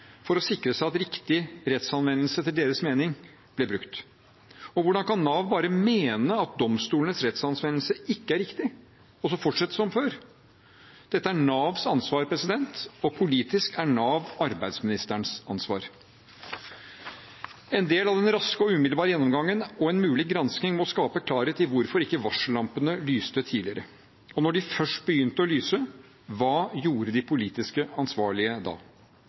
for å sikre seg at riktig rettsanvendelse, etter deres mening, ble brukt? Og hvordan kan Nav bare mene at domstolenes rettsanvendelse ikke er riktig, og så fortsette som før? Dette er Navs ansvar, og politisk er Nav arbeidsministerens ansvar. En del av den raske og umiddelbare gjennomgangen og en mulig gransking må skape klarhet i hvorfor varsellampene ikke lyste tidligere. Og når de først begynte å lyse: Hva gjorde de politisk ansvarlige da?